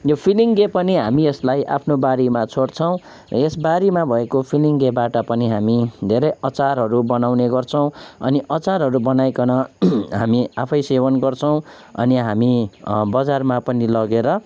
यो फिलिङ्गे पनि हामी यसलाई आफ्नो बारीमा छर्छौँ यस बारीमा भएको फिलिङ्गेबाट पनि हामी धेरै अचारहरू बनाउने गर्छौँ अनि अचारहरू बनाइकन हामी आफै सेवन गर्छौँ अनि हामी बजारमा पनि लगेर